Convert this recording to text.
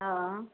हँ